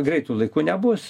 greitu laiku nebus